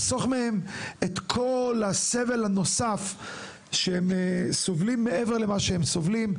לחסוך מהם את כל הסבל הנוסף שהם סובלים מעבר למה שהם כבר סובלים,